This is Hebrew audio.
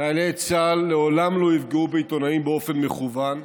חיילי צה"ל לעולם לא יפגעו בעיתונאים באופן מכוון,